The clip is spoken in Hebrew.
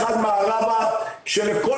אחד מערבה,